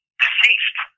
deceased